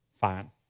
fine